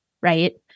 Right